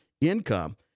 income